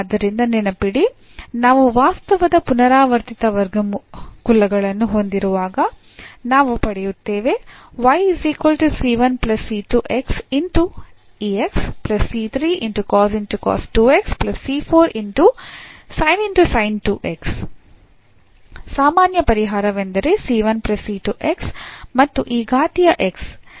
ಆದ್ದರಿಂದ ನೆನಪಿಡಿ ನಾವು ವಾಸ್ತವದ ಪುನರಾವರ್ತಿತ ವರ್ಗಕುಲಗಳನ್ನು ಹೊಂದಿರುವಾಗ ನಾವು ಪಡೆಯುತ್ತೇವೆ ಸಾಮಾನ್ಯ ಪರಿಹಾರವೆಂದರೆ ಮತ್ತು ಈ ಘಾತೀಯ x